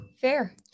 Fair